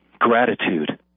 gratitude